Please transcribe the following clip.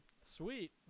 Sweet